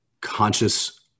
conscious